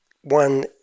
one